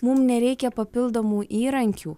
mum nereikia papildomų įrankių